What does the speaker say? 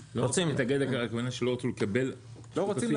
------ לא, לא,